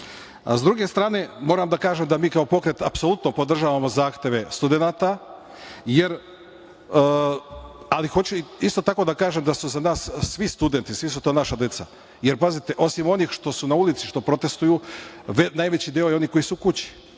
druge strane, moram da kažem da mi kao pokret apsolutno podržavamo zahteve studenata, ali hoću isto tako da kažem da su za nas svi studenti, sve su to naša deca, jer pazite, osim onih što su na ulici, što protestuju, najveći deo je onih koji su kod kuće